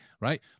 right